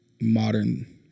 modern